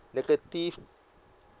negative